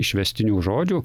išvestinių žodžių